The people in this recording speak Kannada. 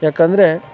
ಯಾಕಂದರೆ